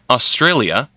Australia